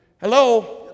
Hello